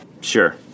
Sure